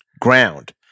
ground